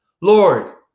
Lord